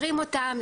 עוצרים אותם.